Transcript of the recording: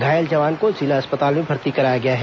घायल जवान को जिला अस्पताल में भर्ती करायागया है